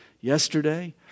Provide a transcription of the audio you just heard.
yesterday